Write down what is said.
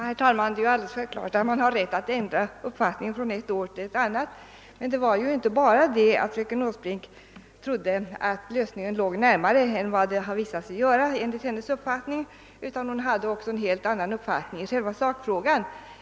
Herr talman! Det är självklart att man har rätt att ändra uppfattning från ett år till ett annat. Men det var inte bara det att fröken Åsbrink trodde att lösningen låg närmare än den visade sig göra enligt hennes uppfattning, utan hon hade också tidigare en helt annan uppfattning i själva sakfrågan.